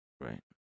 right